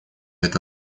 это